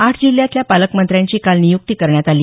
आठ जिल्ह्यातल्या पालकमंत्र्यांची काल नियुक्ती करण्यात आली